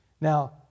Now